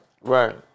Right